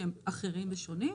שהם אחרים ושונים.